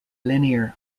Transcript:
linear